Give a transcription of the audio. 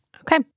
Okay